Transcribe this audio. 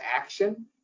action